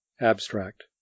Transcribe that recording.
Abstract